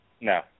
No